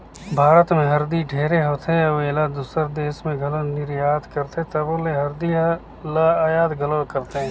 भारत में हरदी ढेरे होथे अउ एला दूसर देस में घलो निरयात करथे तबो ले हरदी ल अयात घलो करथें